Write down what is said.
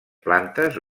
plantes